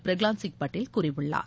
பிரகலாத் சிங் படேல் கூறியுள்ளார்